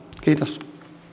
kiitos